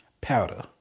powder